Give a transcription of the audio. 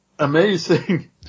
Amazing